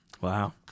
Wow